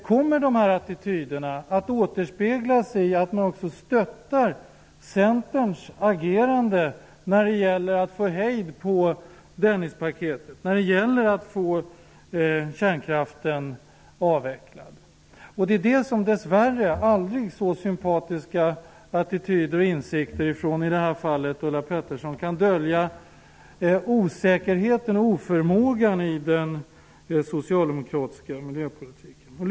Kommer dessa attityder att återspeglas i att man också stöttar Centerns agerande när det gäller att få hejd på Dennispaketet, att få kärnkraften avvecklad? Dess värre har aldrig så sympatiska attityder och åsikter från i det här fallet Ulla Pettersson kunnat dölja oförmågan och osäkerheten i den socialdemokratiska miljöpolitiken.